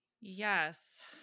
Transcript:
Yes